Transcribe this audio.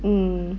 mm